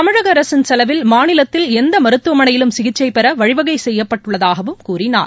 தமிழக அரசின் செலவில் மாநிலத்தில் எந்த மருத்துவமனையிலும் சிகிச்சை பெற வழிவகை செய்யப்பட்டுள்ளதாகவும் கூறினார்